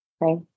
right